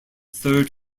third